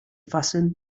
fasten